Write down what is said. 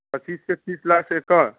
पच्चीस से तीस लाख एकड़